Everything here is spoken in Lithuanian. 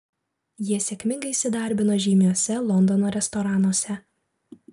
jie sėkmingai įsidarbino žymiuose londono restoranuose